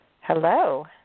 Hello